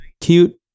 cute